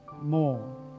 more